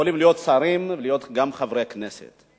יכולים להיות שרים, להיות גם חברי הכנסת.